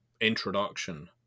introduction